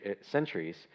centuries